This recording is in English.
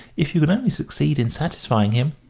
if you can only succeed in satisfying him.